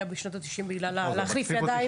בשנות ה-90' בגלל הנושא של להחליף ידיים.